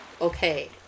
Okay